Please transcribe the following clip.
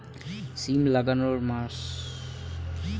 সিম লাগানোর মাস?